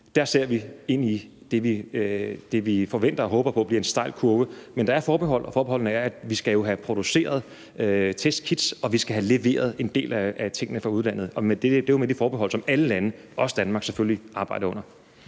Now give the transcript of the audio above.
der ser ind i det, vi forventer og håber på bliver en stejl kurve. Men der er forbehold, og forbeholdene er, at vi jo skal have produceret testkits, og vi skal have leveret en del af tingene fra udlandet. Det er jo de forbehold, som alle lande, også Danmark selvfølgelig, arbejder under.